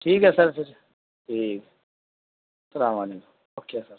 ٹھیک ہے سر پھر ٹھیک سلام علیکم اوکے سر